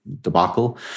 debacle